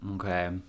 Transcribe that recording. Okay